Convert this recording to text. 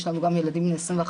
יש לנו גם ילדים בני 21,